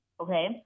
Okay